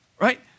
Right